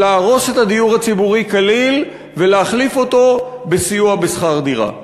הרס הדיור הציבורי כליל והחלפתו בסיוע בשכר דירה.